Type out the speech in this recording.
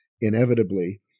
inevitably